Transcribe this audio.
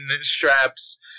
straps